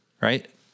right